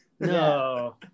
No